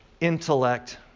intellect